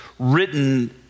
written